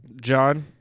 John